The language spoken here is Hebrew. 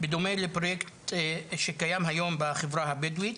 בדומה לפרויקט שקיים היום בחברה הבדואית,